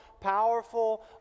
powerful